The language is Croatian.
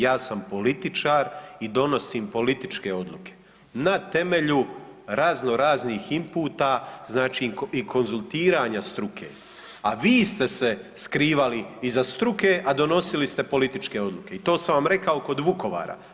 Ja sam političar i donosim političke odluke na temelju razno raznih imputa znači i konzultiranja struke, a vi ste se skrivali iza struke, a donosili ste političke odluke i to sam vam rekao kod Vukovara.